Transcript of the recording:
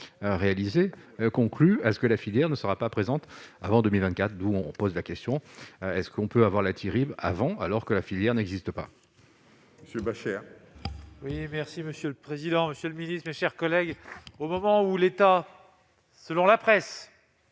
réalisé conclu à ce que la filière ne sera pas présente avant 2024 d'où on pose la question : est ce qu'on peut avoir la terribles avant alors que la filière n'existe pas. C'est pas cher, oui merci monsieur. Le président, Monsieur le Ministre, mes chers collègues, au moment où l'État, selon la presse